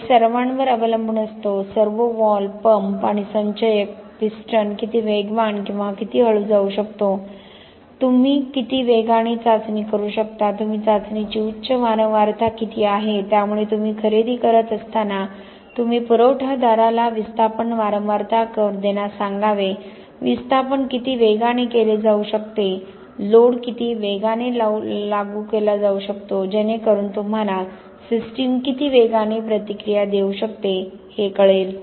वेग सर्वांवर अवलंबून असतो सर्व्होव्हॉल्व्ह पंप आणि संचयक पिस्टन किती वेगवान किंवा किती हळू जाऊ शकतो तुम्ही किती वेगाने चाचणी करू शकता तुम्ही चाचणीची उच्च वारंवारता किती आहे त्यामुळे तुम्ही खरेदी करत असताना तुम्ही पुरवठादाराला विस्थापन वारंवारता कर्व्ह देण्यास सांगावे विस्थापन किती वेगाने लागू केले जाऊ शकते लोड किती वेगाने लागू केले जाऊ शकते जेणेकरुन तुम्हाला सिस्टम किती वेगाने प्रतिक्रिया देऊ शकते हे कळेल